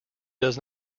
does